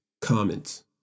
comments